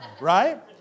Right